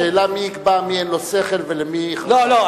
השאלה היא מי יקבע למי אין שכל ולמי, לא.